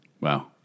Wow